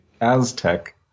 Aztec